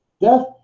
Death